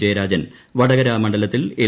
ജയരാജൻ വടകര മണ്ഡലത്തിൽ എൽ